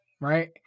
right